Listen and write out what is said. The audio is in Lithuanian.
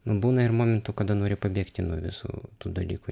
nu būna ir momentų kada nori pabėgti nuo visų tų dalykų